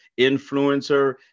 influencer